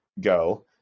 go